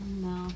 No